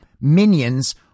minions